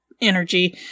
energy